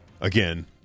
again